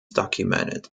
documented